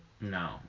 No